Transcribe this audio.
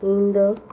ᱤᱧ ᱫᱚ